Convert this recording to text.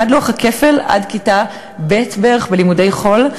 למד את לוח הכפל עד כיתה ב' בערך, בלימודי חול.